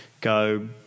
go